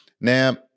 Now